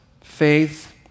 faith